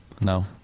No